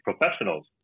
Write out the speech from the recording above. professionals